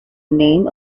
name